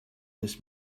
this